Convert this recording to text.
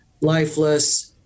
lifeless